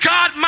God